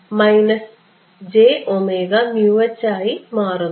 അതിനാൽ ഇത് ആയി മാറുന്നു